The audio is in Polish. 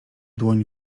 dłoń